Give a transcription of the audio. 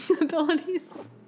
abilities